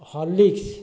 Horlicks